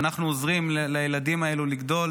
שאנחנו עוזרים לילדים האלו לגדול,